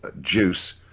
juice